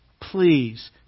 please